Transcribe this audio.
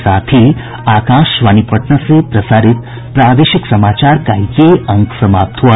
इसके साथ ही आकाशवाणी पटना से प्रसारित प्रादेशिक समाचार का ये अंक समाप्त हुआ